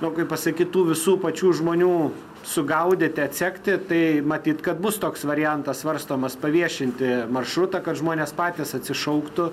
nu kaip pasakyt tų visų pačių žmonių sugaudyti atsekti tai matyt kad bus toks variantas svarstomas paviešinti maršrutą kad žmonės patys atsišauktų